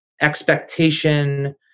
expectation